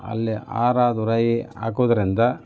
ಅಲ್ಲೇ ಹಾರ ತುರಾಯಿ ಹಾಕುವುದರಿಂದ